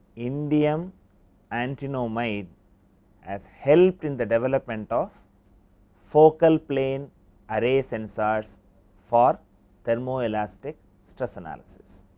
indium antinomide as help in the development of focal plane array sensors for thermo elastic stress analysis.